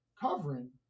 covering